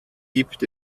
gibt